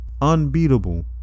unbeatable